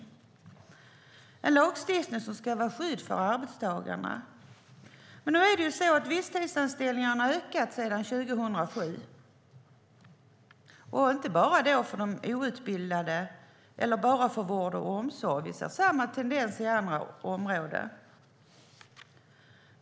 Det är en lagstiftning som ska vara ett skydd för arbetstagarna. Visstidsanställningarna har ökat sedan 2007, och inte bara för de outbildade eller bara för vård och omsorg. Det är samma tendens på andra områden.